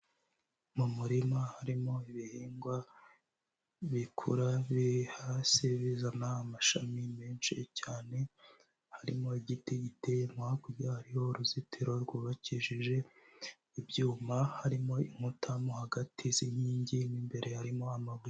Mu murima harimo ibihingwa bikura biri hasi bizana amashami menshi cyane harimo igiti giteyemo hakurya hariho uruzitiro rwubakishije ibyuma harimo inkuta mu hagati z'inkingi mo imbere harimo amabuye.